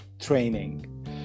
training